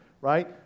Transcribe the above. right